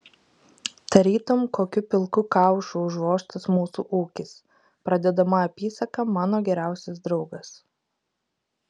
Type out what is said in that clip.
tarytum kokiu pilku kaušu užvožtas mūsų ūkis pradedama apysaka mano geriausias draugas